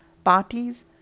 parties